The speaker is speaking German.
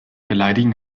beleidigen